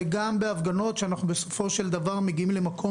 וגם בהפגנות שאנחנו בסופו של דבר מגיעים למקום